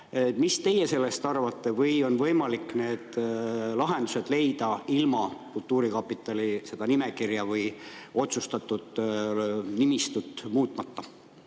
Mida teie sellest arvate? Kas on võimalik need lahendused leida ilma kultuurkapitali nimekirja, otsustatud nimistut, muutmata?